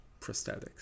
prosthetics